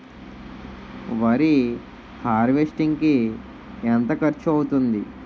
వరి హార్వెస్టింగ్ కి ఎంత ఖర్చు అవుతుంది?